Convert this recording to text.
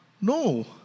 No